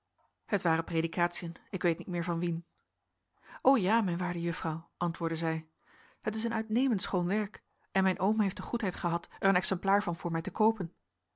het waren predikatiën ik weet niet meer van wien o ja mijn waarde juffrouw antwoordde zij het is een uitnemend schoon werk en mijn oom heeft de goedheid gehad er een exemplaar van voor mij te koopen